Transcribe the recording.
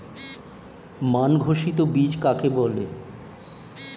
মান ঘোষিত বীজ কাকে বলে?